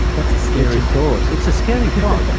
that's a scary thought. it's a scary thought.